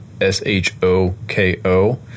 S-H-O-K-O